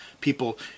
People